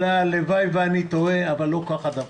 הלוואי ואני טועה, אבל לא כך הדבר.